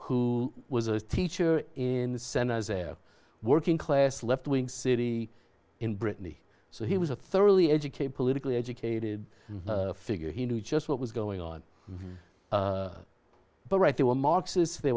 who was a teacher in the center there working class leftwing city in brittany so he was a thoroughly educated politically educated figure he knew just what was going on but right they were marxists they